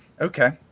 Okay